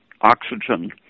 oxygen